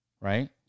right